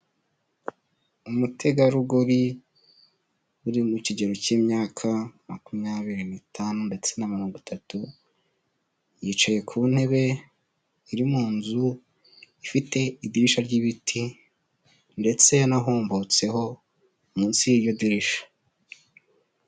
Umutegarugori uri mu kigero cy'imyaka makumyabiri nitanu ndetse na mirongo itatu, yicaye ku ntebe iri mu nzu ifite idirishya ry'ibiti, ndetse yanahombotseho munsi y'iryo dirisha.